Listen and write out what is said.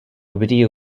video